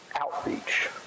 outreach